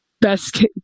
best